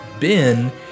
Ben